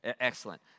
Excellent